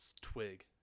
twig